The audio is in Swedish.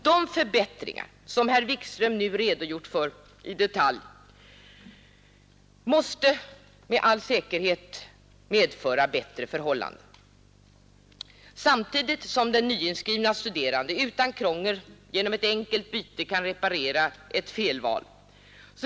De förbättringar som herr Wikström nu redogjort för i detalj måste med all säkerhet medföra bättre förhållanden i vad gäller linjernas konstruktion, samtidigt som den nyinskrivna studeranden utan krångel kan genom ett enkelt byte reparera ett felval.